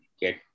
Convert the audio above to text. get